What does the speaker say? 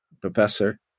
professor